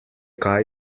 kaj